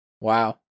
Wow